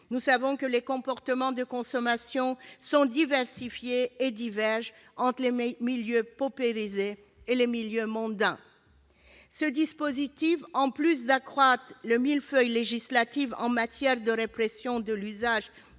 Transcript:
nous savons que les comportements de consommation sont diversifiés et divergent entre les milieux paupérisés et les milieux mondains. Ce dispositif, en plus d'accroître le millefeuille législatif en matière de répression de l'usage